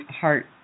heart